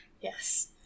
Yes